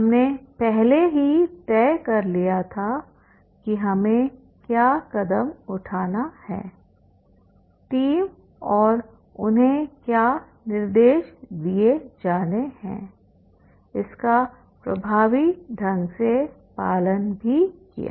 हमने पहले ही तय कर लिया था कि हमें क्या कदम उठाना है टीम और उन्हें क्या निर्देश दिए जाने हैं इसका प्रभावी ढंग से पालन भी किया